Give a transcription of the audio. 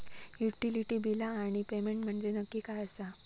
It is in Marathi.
युटिलिटी बिला आणि पेमेंट म्हंजे नक्की काय आसा?